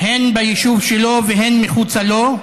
הן ביישוב שלו והן מחוצה לו.